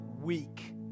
weak